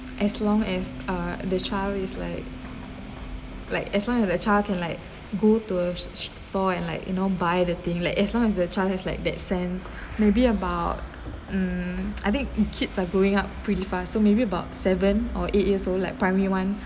as long as uh the child is like like as long as the child can like go to a store and like you know buy the thing like as long as the child has like that sense maybe about mm I think kids are growing up pretty fast so maybe about seven or eight years old like primary one